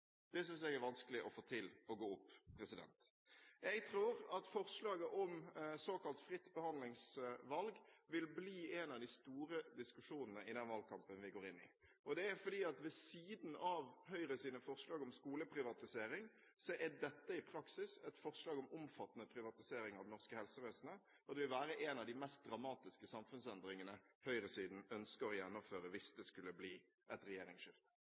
Det synes jeg er vanskelig å få til å gå opp. Jeg tror at forslaget om såkalt fritt behandlingsvalg vil bli en av de store diskusjonene i den valgkampen vi går inn i, for ved siden av Høyres forslag om skoleprivatisering er dette i praksis et forslag om omfattende privatisering av det norske helsevesenet, og det vil være en av de mest dramatiske samfunnsendringene høyresiden ønsker å gjennomføre hvis det skulle bli et regjeringsskifte.